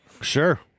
Sure